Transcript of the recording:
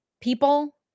people